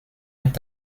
est